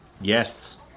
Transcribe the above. Yes